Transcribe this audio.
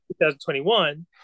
2021